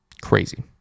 Crazy